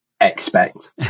expect